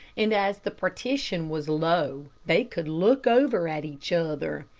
and as the partition was low, they could look over at each other.